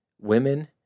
women